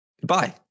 goodbye